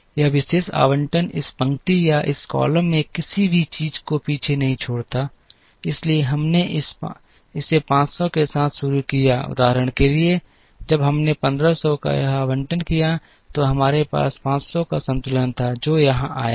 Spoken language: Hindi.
यह विशेष आवंटन इस पंक्ति या इस कॉलम में किसी भी चीज़ को पीछे नहीं छोड़ता है इसलिए हमने इस 500 के साथ शुरू किया उदाहरण के लिए जब हमने 1500 का यह आवंटन किया तो हमारे पास 500 का संतुलन था जो यहाँ आया था